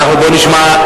אוקיי, בואו נשמע.